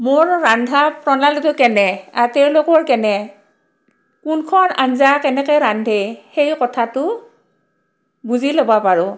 মোৰ ৰন্ধা প্ৰণালীটো কেনে আ তেওঁলোকৰ কেনে কোনখন আঞ্জা কেনেকৈ ৰান্ধে সেই কথাটো বুজি ল'ব পাৰোঁ